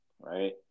right